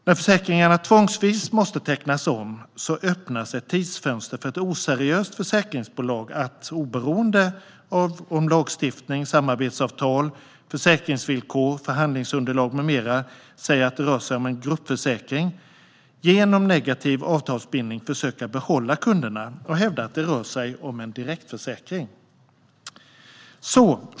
När försäkringarna tvångsvis måste tecknas om öppnas ett tidsfönster för ett oseriöst försäkringsbolag att - oberoende av om lagstiftning, samarbetsavtal, försäkringsvillkor, förhandlingsunderlag med mera säger att det rör sig om en gruppförsäkring - genom negativ avtalsbindning försöka behålla kunderna och hävda att det rör sig om en direktförsäkring.